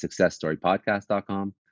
successstorypodcast.com